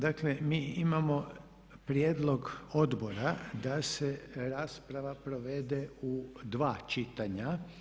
Dakle, mi imamo prijedlog odbora da se rasprava provede u dva čitanja.